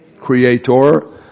creator